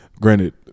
Granted